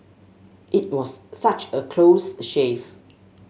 it was such a close shave